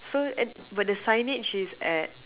so but the signage is at